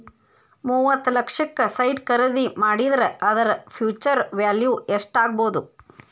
ಮೂವತ್ತ್ ಲಕ್ಷಕ್ಕ ಸೈಟ್ ಖರಿದಿ ಮಾಡಿದ್ರ ಅದರ ಫ್ಹ್ಯುಚರ್ ವ್ಯಾಲಿವ್ ಯೆಸ್ಟಾಗ್ಬೊದು?